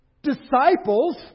disciples